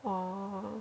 orh